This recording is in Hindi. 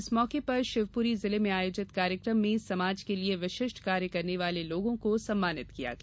इस मौके पर शिवपुरी जिले में आयोजित कार्यक्रम में समाज के लिए विशिष्ट कार्य करने वाले लोगों को सम्मानित किया गया